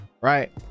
right